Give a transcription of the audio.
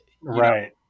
Right